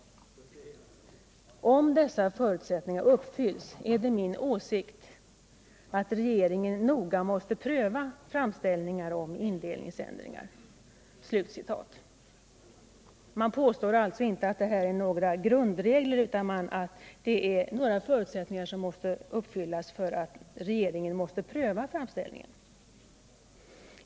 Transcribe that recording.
Om dessa förutsättningar uppfylls är det min åsikt att regeringen noga måste pröva framställningar om indelningsändringar.” Han påstår alltså inte att detta är några grundregler utan att det är förutsättningar som måste uppfyllas för att regeringen skall pröva framställningen.